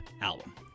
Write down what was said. album